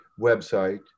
website